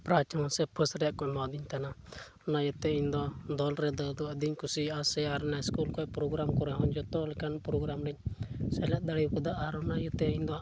prize ᱦᱚᱸ ᱥᱮ first ᱨᱮᱱᱟᱜ ᱠᱚ ᱮᱢᱟ ᱫᱤᱧ ᱛᱟᱦᱮᱱᱟ ᱚᱱᱟ ᱤᱭᱟᱹᱛᱮ ᱤᱧ ᱫᱚ ᱫᱚᱞ ᱨᱮ ᱫᱟᱹᱲ ᱫᱚ ᱟᱹᱰᱤᱧ ᱠᱩᱥᱤᱭᱟᱜ ᱥᱮ ᱟᱨ ᱚᱱᱟ ᱥᱠᱩᱞ ᱠᱷᱚᱱ ᱯᱨᱳᱜᱨᱟᱢ ᱠᱚᱨᱮ ᱦᱚᱸ ᱡᱚᱛᱚ ᱞᱮᱠᱟᱱ ᱯᱨᱳᱜᱨᱟᱢ ᱨᱮᱧ ᱥᱮᱞᱮᱫ ᱫᱟᱲᱮ ᱠᱟᱣᱫᱟ ᱟᱨ ᱚᱱᱟ ᱤᱭᱟᱹᱛᱮ ᱤᱧ ᱫᱚ